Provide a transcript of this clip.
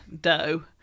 dough